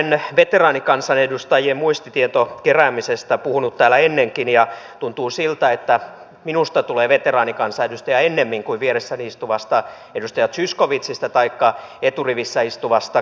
olen veteraanikansanedustajien muistitiedon keräämisestä puhunut täällä ennenkin ja tuntuu siltä että minusta tulee veteraanikansanedustaja ennemmin kuin vieressäni istuvasta edustaja zyskowiczista taikka eturivissä istuvasta kanervasta